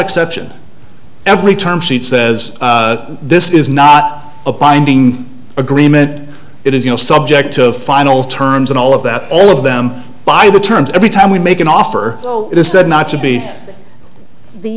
exception every time she says this is not a binding agreement it is you know subject to the final terms and all of that all of them by the terms every time we make an offer so it is said not to be the